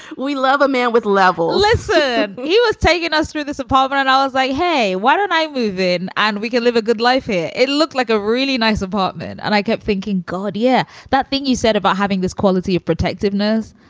we love a man with a level. let's say he was taking us through this apartment and i was like, hey, why don't i move in and we can live a good life here? it looked like a really nice apartment. and i kept thinking, god, yeah, that thing you said about having this quality of protectiveness.